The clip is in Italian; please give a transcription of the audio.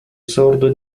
sordo